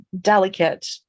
delicate